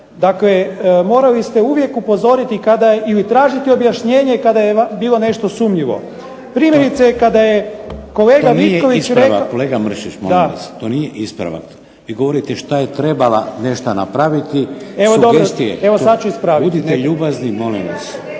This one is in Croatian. Dakle, morali ste uvijek upozoriti ili tražiti objašnjenje kada je bilo nešto sumnjivo. Primjerice kada je kolega Vitković. **Šeks, Vladimir (HDZ)** To nije ispravak kolega Mršić molim vas. To nije ispravak. Vi govorite što je trebala nešta napraviti, sugestije. Budite ljubaznim molim vas.